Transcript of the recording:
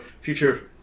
future